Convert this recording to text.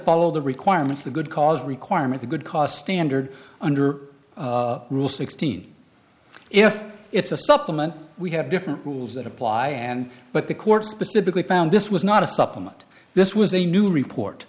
follow the requirements the good cause requirement a good cause standard under rule sixteen if it's a supplement we have different rules that apply and but the court specifically found this was not a supplement this was a new report